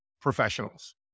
professionals